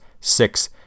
Six